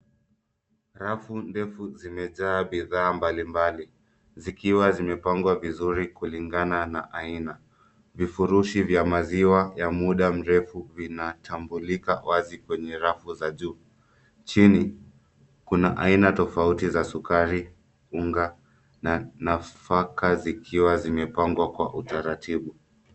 Rafu ndefu zimejaa bidhaa mbalimbali zikiwa zimepangwa vizuri kulingana na aina. Vifurushi vya maziwa ya muda mrefu vinatambulika wazi kwenye rafu za juu. Chini kuna aina tofauti za sukari, unga na nafaka zikiwa zimepangwa kwa utaratibu.